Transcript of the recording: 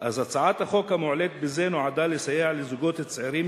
"הצעת החוק המועלית בזה נועדה לסייע לזוגות צעירים